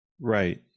right